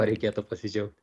reikėtų pasidžiaugt